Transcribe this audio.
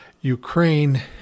Ukraine